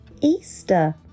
Easter